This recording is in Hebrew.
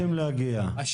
--- תראו,